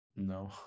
no